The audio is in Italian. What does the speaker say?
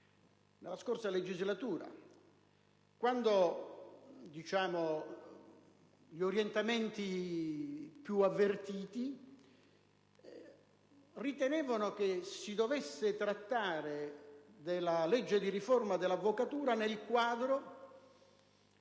nella scorsa legislatura, quando gli orientamenti più avvertiti ritenevano che si dovesse trattare della legge di riforma dell'avvocatura nel quadro